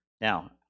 Now